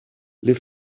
les